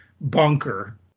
bunker